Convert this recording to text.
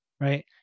right